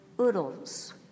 oodles